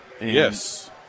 Yes